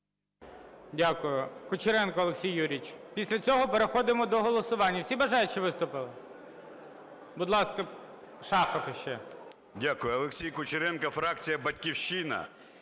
Дякую. Кучеренко Олексій Юрійович. Після цього переходимо до голосування. Всі бажаючі виступили? Будь ласка, Шахов ще. 14:22:18 КУЧЕРЕНКО О.Ю. Дякую. Олексій Кучеренко, фракція "Батьківщина".